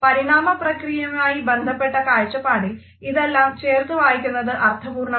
പരിണാമപ്രക്രിയയുമായി ബന്ധപ്പെട്ട കാഴ്ചപ്പാടിൽ ഇതെല്ലാം ചേർത്തുവായിക്കുന്നത് അർത്ഥപൂർണമാണ്